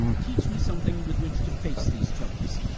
teach me something with which to face these troubles.